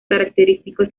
característicos